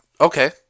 Okay